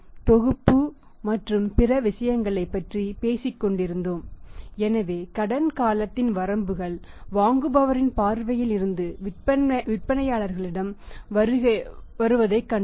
நாம் தொகுப்பு மற்றும் பிற விஷயங்களைப் பற்றிப் பேசிக் கொண்டிருந்தோம் எனவே கடன் காலத்தின் வரம்புகள் வாங்குபவரின் பார்வையில் இருந்து விற்பனையாளர்களிடம் வருவதைக் கண்டோம்